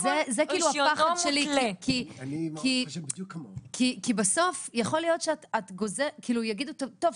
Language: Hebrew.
כי בסוף יכול להיות שיגידו 'טוב,